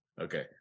okay